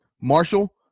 Marshall